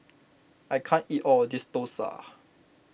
I can't eat all of this Dosa